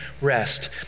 rest